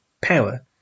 power